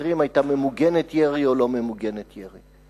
השוטרים היתה ממוגנת ירי או לא ממוגנת ירי.